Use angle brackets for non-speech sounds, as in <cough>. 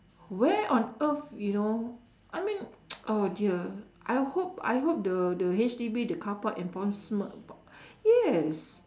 where on earth you know I mean <noise> oh dear I hope I hope the the H_D_B the car park enforcement yes